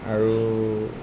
আৰু